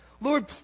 Lord